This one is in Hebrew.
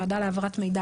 ועדה להעברת מידע,